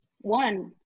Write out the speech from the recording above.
one